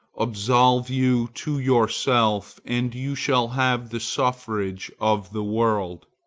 absolve you to yourself, and you shall have the suffrage of the world.